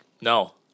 No